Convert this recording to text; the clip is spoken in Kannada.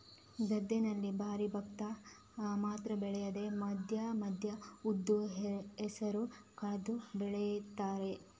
ಗದ್ದೆನಲ್ಲಿ ಬರೀ ಭತ್ತ ಮಾತ್ರ ಬೆಳೆಯದೆ ಮಧ್ಯ ಮಧ್ಯ ಉದ್ದು, ಹೆಸರು ಕೂಡಾ ಬೆಳೀತಾರೆ